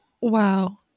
Wow